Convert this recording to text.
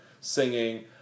singing